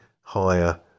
higher